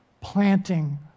planting